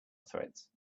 threads